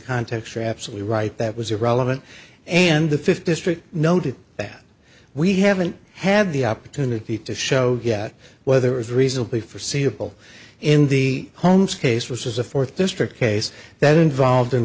context you're absolutely right that was irrelevant and the fifth district noted that we haven't had the opportunity to show yet whether it's reasonably forseeable in the homes case which is a fourth district case that involved